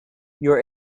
your